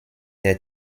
der